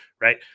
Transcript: right